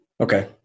Okay